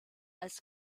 als